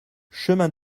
chemin